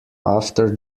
after